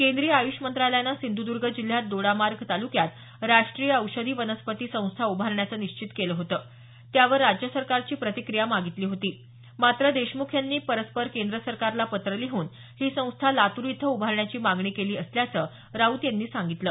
केंद्रीय आयुष मंत्रालयानं सिंधुद्र्ग जिल्ह्यात दोडामार्ग तालुक्यात राष्ट्रीय औषधी वनस्पती संस्था उभारण्याचं निश्चित केलं होतं त्यावर राज्य सरकारची प्रतिक्रिया मागितली होती मात्र देशमुख यांनी केंद्र सरकारला परस्पर पत्र लिहून ही संस्था लातूर इथं उभारण्याची मागणी केली असल्याचं राऊत यांनी सांगितलं